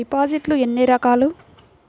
డిపాజిట్లు ఎన్ని రకాలు?